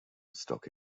stock